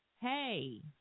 hey